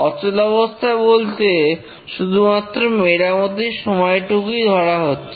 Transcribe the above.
অচলাবস্থা বলতে শুধুমাত্র মেরামতির সময়টুকুই ধরা হচ্ছে